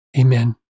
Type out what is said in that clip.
Amen